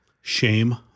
Shame